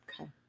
Okay